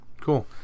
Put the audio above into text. cool